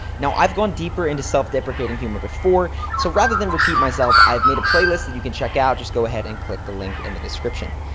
now i've gone deeper into self-deprecating humor before so rather than repeat myself, i've made a playlist that you can check out just go ahead and click the link in the description.